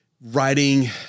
writing